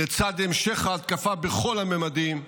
לצד המשך ההתקפה בכל הממדים,